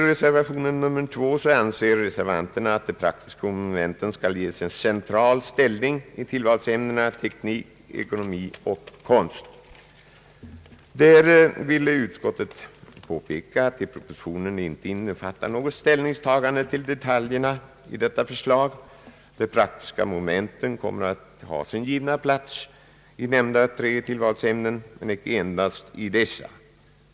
| I reservation 2 hemställer man att de praktiska momenten skall ges en central ställning i tillvalsämnena teknik, ekonomi och konst. Utskottet vill påpeka att propositionen inte innefattar något ställningstagande till detaljerna i detta förslag. De praktiska momenten kommer att ha sin givna plats i nämnda tre tillvalsämnen, men icke endast i dessa.